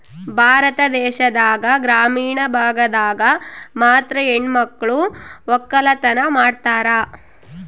ಭಾರತ ದೇಶದಾಗ ಗ್ರಾಮೀಣ ಭಾಗದಾಗ ಮಾತ್ರ ಹೆಣಮಕ್ಳು ವಕ್ಕಲತನ ಮಾಡ್ತಾರ